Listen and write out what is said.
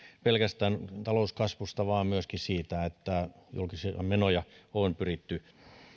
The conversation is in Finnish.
pelkästään talouskasvusta vaan myöskin siitä että julkisia menoja on pyritty